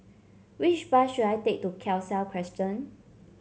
which bus should I take to Khalsa Crescent